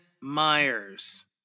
Myers